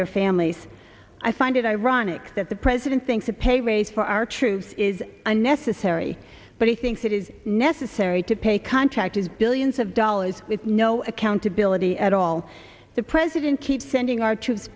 their families i find it ironic that the president thinks a pay raise for our troops is unnecessary but he thinks it is necessary to pay contractors billions of dollars with no accountability at all the president keeps sending our troops